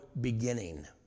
beginning